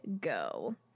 go